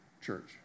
church